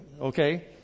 okay